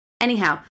Anyhow